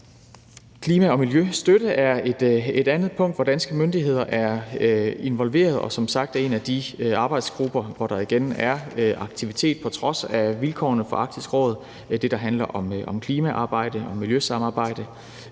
Klima- og miljøstøtte er et andet punkt, hvor danske myndigheder er involveret. Og som sagt er der en af de arbejdsgrupper, hvor der igen er aktivitet på trods af vilkårene for Arktisk Råd. Det er det, der handler om klimaarbejde og miljøsamarbejde.